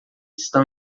estão